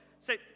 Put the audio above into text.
Say